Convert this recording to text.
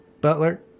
Butler